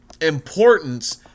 importance